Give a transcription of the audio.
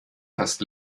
fast